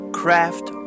craft